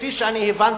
כפי שאני הבנתי,